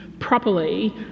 properly